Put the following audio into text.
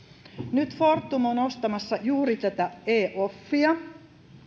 nyt fortum on ostamassa juuri tätä e offia